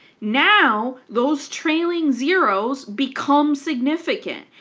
now those trailing zeroes become significant.